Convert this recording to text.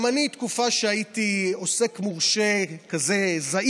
גם אני, בתקופה שהייתי עוסק מורשה זעיר,